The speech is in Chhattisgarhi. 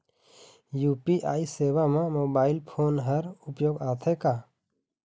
यू.पी.आई सेवा म मोबाइल फोन हर उपयोग आथे का?